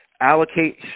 allocate